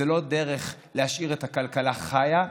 זו לא דרך להשאיר את הכלכלה חיה,